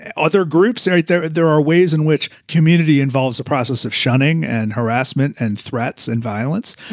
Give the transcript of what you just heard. and other groups are out there. there are ways in which community involves a process of shunning and harassment and threats and violence,